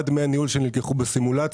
מה דמי הניהול שנלקחו בסימולציה.